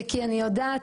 וכי אני יודעת